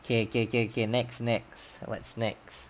K K K K next next what next